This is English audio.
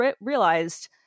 realized